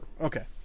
Okay